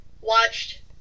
watched